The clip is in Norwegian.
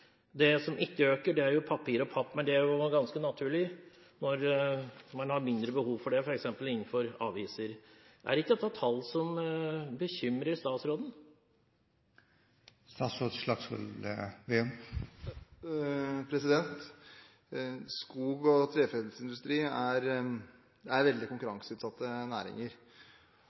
Det som ikke øker, er papir og papp, men det er ganske naturlig når man har mindre behov for det, f.eks. innenfor aviser. Er ikke dette tall som bekymrer statsråden? Skog- og treforedlingsindustri er veldig konkurranseutsatte næringer.